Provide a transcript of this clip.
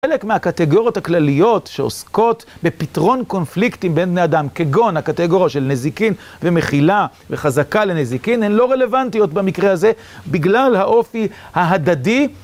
חלק מהקטגוריות הכלליות שעוסקות בפתרון קונפליקטים בין אדם כגון, הקטגוריה של נזיקין ומכילה וחזקה לנזיקין, הן לא רלוונטיות במקרה הזה בגלל האופי ההדדי.